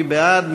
מי בעד?